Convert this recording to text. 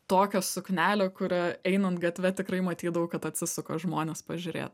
tokią suknelę kuria einant gatve tikrai matydavau kad atsisuka žmonės pažiūrėt